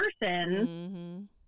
person